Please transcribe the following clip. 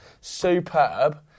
superb